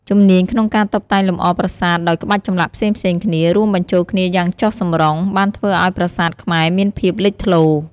ជំនាញក្នុងការតុបតែងលម្អប្រាសាទដោយក្បាច់ចម្លាក់ផ្សេងៗគ្នា រួមបញ្ចូលគ្នាយ៉ាងចុះសម្រុង បានធ្វើឱ្យប្រាសាទខ្មែរមានភាពលេចធ្លោរ។